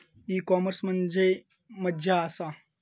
E commerce म्हणजे मझ्या आसा?